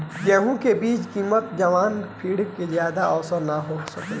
गेहूं के बीज के किस्म बताई जवना पर कीड़ा के ज्यादा असर न हो सके?